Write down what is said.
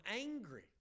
angry